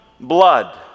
blood